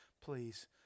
please